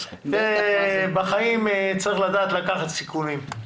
בחיים צריך לדעת לקחת סיכונים.